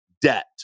debt